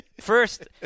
First